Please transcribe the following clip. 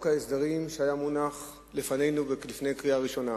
ההסדרים שהיה מונח לפנינו לפני הקריאה הראשונה.